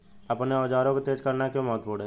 अपने औजारों को तेज करना क्यों महत्वपूर्ण है?